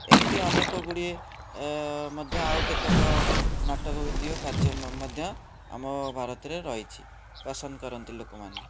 ଏମିତି ଅନେକଗୁଡ଼ିଏ ମଧ୍ୟ ଆଉ କେତେକ ନାଟକ ଭିତ୍ତିକ କାର୍ଯ୍ୟ ମଧ୍ୟ ଆମ ଭାରତ ମଧ୍ୟରେ ରହିଛି ପସନ୍ଦ କରନ୍ତି ଲୋକମାନେ